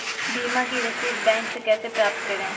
बीमा की रसीद बैंक से कैसे प्राप्त करें?